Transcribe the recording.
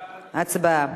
הצבעה.